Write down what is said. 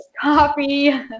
coffee